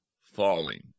falling